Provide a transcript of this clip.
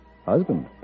Husband